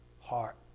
heart